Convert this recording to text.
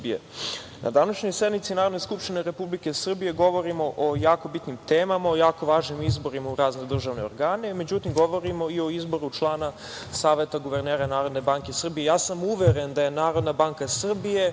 na današnjoj sednici Narodne skupštine Republike Srbije govorimo o jako bitnim temama, o jako važnim izborima u razne državne organe, međutim govorimo i o izboru člana Saveta guvernera Narodne banke Srbije. Uveren sam da su NBS i